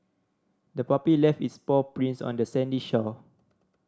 the puppy left its paw prints on the sandy shore